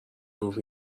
گفت